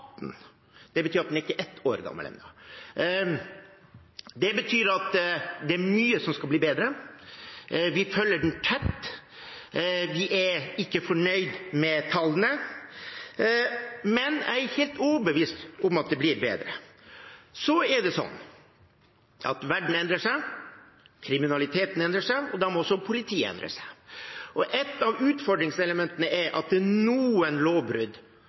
betyr at den ikke er ett år gammel ennå. Det betyr at det er mye som skal bli bedre. Vi følger den tett, vi er ikke fornøyd med tallene, men jeg er helt overbevist om at det blir bedre. Så er det sånn at verden endrer seg, kriminaliteten endrer seg, og da må også politiet endre seg. Et av utfordringselementene er at det er noen lovbrudd